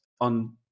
on